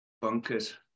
Bunkers